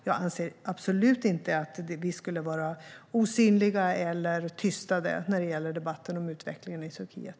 Jag anser absolut inte att vi är osynliga eller tystade när det gäller debatten om utvecklingen i Turkiet.